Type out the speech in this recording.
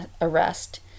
arrest